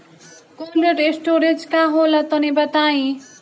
Cold storage का होला तनि बताई?